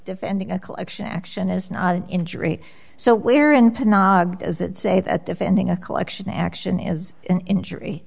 defending a collection action is not an injury so where in the nod as it save at defending a collection action is an injury